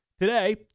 Today